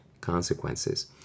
consequences